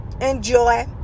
Enjoy